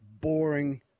boring